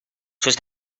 sus